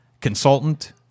consultant